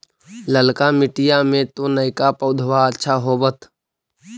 ललका मिटीया मे तो नयका पौधबा अच्छा होबत?